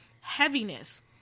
heaviness